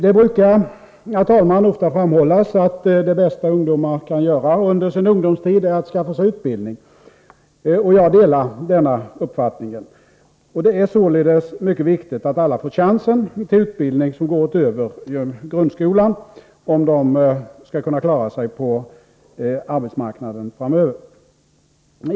Det brukar, herr talman, ofta framhållas att det bästa man kan göra under sin ungdomstid är att skaffa sig utbildning, och jag delar denna uppfattning. Det är också mycket viktigt att alla får chansen till en utbildning som går utöver grundskolan, om de skall kunna klara sig på arbetsmarknaden framöver.